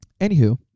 Anywho